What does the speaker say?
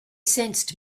sensed